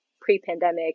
pre-pandemic